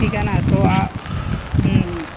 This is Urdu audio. ٹھیک ہے نا تو ہوں ہوں